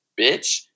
bitch